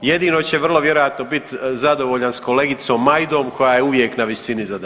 Jedino će vrlo vjerojatno biti zadovoljan s kolegicom Majdom koja je uvijek na visini zadatka.